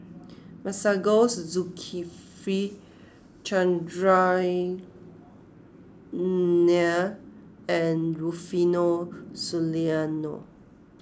Masagos Zulkifli Chandran Nair and Rufino Soliano